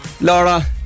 Laura